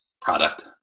product